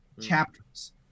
chapters